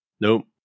Nope